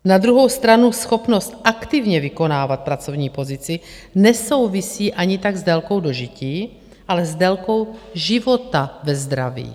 Na druhou stranu schopnost aktivně vykonávat pracovní pozici nesouvisí ani tak s délkou dožití, ale s délkou života ve zdraví.